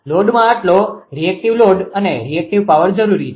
લોડમાં આટલો reactive load અને રીએક્ટીવ પાવર જરૂરી છે